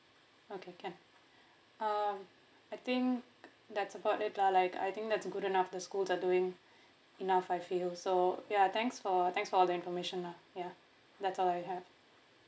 okay can um I think that's about it lah like I think that's good enough the schools are doing enough I feel so ya thanks for thanks for the information lah ya that's all I have